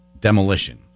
demolition